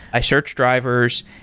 i search drivers.